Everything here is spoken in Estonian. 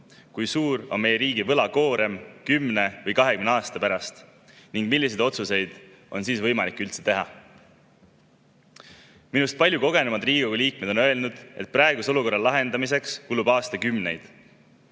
kui suur on meie riigi võlakoorem 10 või 20 aasta pärast ning milliseid otsuseid on siis võimalik üldse teha. Minust palju kogenumad Riigikogu liikmed on öelnud, et praeguse olukorra lahendamiseks kulub aastakümneid.